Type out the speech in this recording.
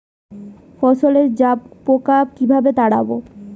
ফসলে জাবপোকা কিভাবে তাড়াব?